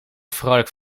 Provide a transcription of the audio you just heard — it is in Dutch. vrolijk